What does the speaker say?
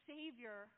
Savior